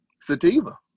Sativa